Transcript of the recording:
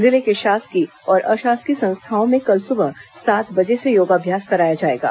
जिले के शासकीय और अशासकीय संस्थाओं में कल सुबह सात बजे से योगाभ्यास कराए जाएंगे